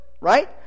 Right